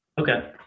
Okay